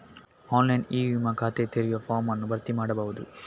online e ವಿಮಾ ಖಾತೆ ತೆರೆಯುವ ಫಾರ್ಮ್ ಅನ್ನು ಭರ್ತಿ ಮಾಡಬಹುದು